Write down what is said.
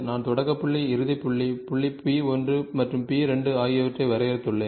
நான் தொடக்க புள்ளி இறுதி புள்ளி புள்ளி P 1 மற்றும் P 2 ஆகியவற்றை வரையறுத்துள்ளேன்